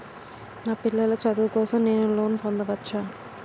నా పిల్లల చదువు కోసం నేను లోన్ పొందవచ్చా?